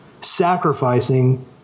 sacrificing